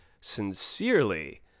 sincerely